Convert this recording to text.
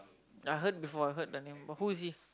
I heard before I heard the name before who is he